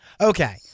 Okay